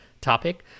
topic